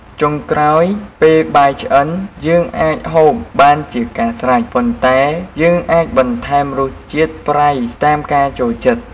ចុងក្រោយ ពេលបាយឆ្អិនយើងអាចហូបបានជាការស្រេច ប៉ុន្តែយើងអាចបន្ថែមរសជាតិប្រៃតាមការចូលចិត្ត។